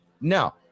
No